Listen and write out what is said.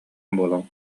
буолан